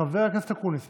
חבר הכנסת אקוניס,